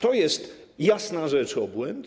To jest, jasna rzecz, obłęd.